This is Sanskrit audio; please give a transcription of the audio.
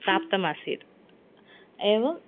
प्राप्तमासीत् एवं